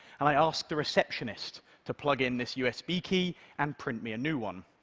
and i ask the receptionist to plug in this usb key and print me a new one.